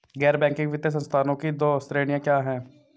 गैर बैंकिंग वित्तीय संस्थानों की दो श्रेणियाँ क्या हैं?